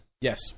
Yes